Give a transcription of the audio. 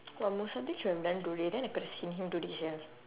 !wah! musodiq should have done today then we could have seen him today sia